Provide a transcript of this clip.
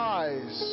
eyes